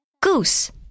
goose